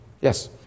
Yes